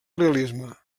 realisme